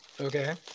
Okay